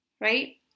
right